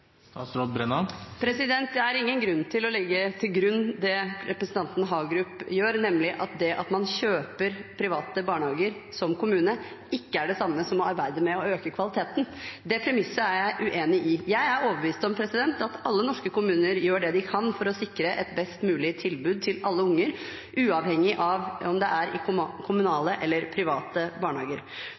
til grunn at det at kommuner kjøper private barnehager, ikke går sammen med å arbeide for å øke kvaliteten. Det premisset er jeg uenig i. Jeg er overbevist om at alle norske kommuner gjør det de kan for å sikre et best mulig tilbud til alle unger, uavhengig av om det er i kommunale eller private barnehager.